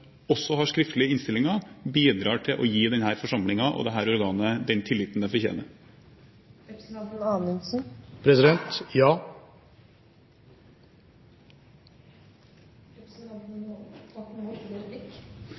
også har skriftlig i innstillingen, bidrar til å gi denne forsamlingen og dette organet den tilliten det fortjener? Ja. Jeg kunne godt tenkt meg å utfordre representanten